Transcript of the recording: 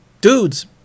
Dudes